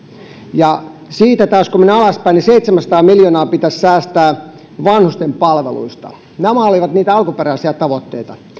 siitä taas kun mennään alaspäin seitsemänsataa miljoonaa pitäisi säästää vanhusten palveluista nämä olivat niitä alkuperäisiä tavoitteita